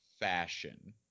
fashion